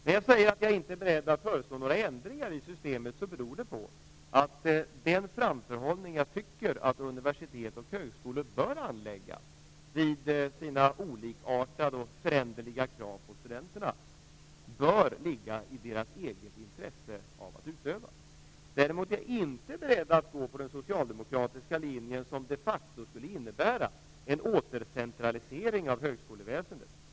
När jag säger att jag inte är beredd att föreslå några ändringar i systemet beror det på att den framförhållning jag tycker att universitet och högskolor bör anlägga vid sina olikartade och föränderliga krav på studenterna bör ligga i deras eget intresse att utöva. Däremot är jag inte beredd att gå den socialdemokratiska linjen, som de facto skulle innebära en återcentralisering av högskoleväsendet.